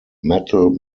metal